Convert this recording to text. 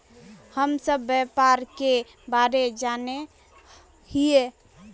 हम सब व्यापार के बारे जाने हिये?